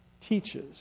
teaches